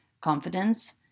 confidence